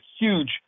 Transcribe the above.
huge